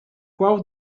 qual